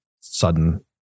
sudden